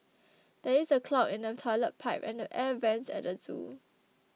there is a clog in the Toilet Pipe and the Air Vents at the zoo